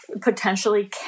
potentially